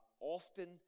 often